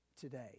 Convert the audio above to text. today